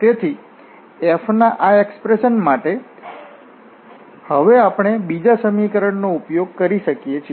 તેથી f ના આ એક્સપ્રેશન માટે હવે આપણે બીજા સમીકરણનો ઉપયોગ કરી શકીએ છીએ